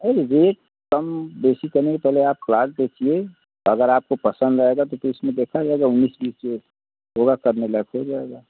rate कम बेसी का नहीं पहले आप प्लाट देखिए अगर आपको पसंद आएगा तो फिर उसमे देखा जाएगा उन्नीस बीस होगा करने लायक हो जाएगा